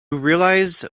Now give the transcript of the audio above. realize